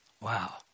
Wow